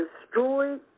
destroyed